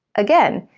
again,